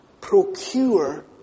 procure